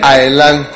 island